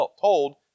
told